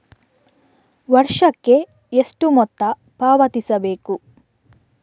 ವರ್ಷಕ್ಕೆ ಎಷ್ಟು ಮೊತ್ತ ಪಾವತಿಸಬೇಕು?